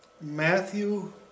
Matthew